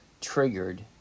triggered